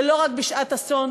זה לא רק בשעת אסון,